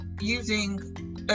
using